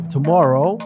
Tomorrow